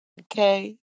Okay